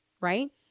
right